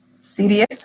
Serious